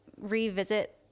revisit